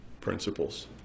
principles